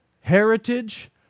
heritage